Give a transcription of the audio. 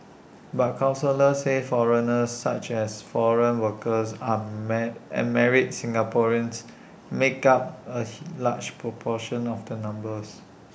but counsellors say foreigners such as foreign workers and married Singaporeans make up A large proportion of the numbers